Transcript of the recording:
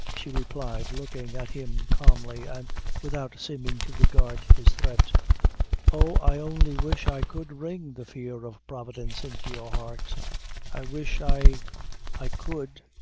she replied, looking at him calmly, and without seeming to regard his threat oh, i only wish i could ring the fear of providence into your heart i wish i i could